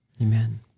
Amen